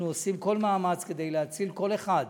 אנחנו עושים כל מאמץ כדי להציל כל אחד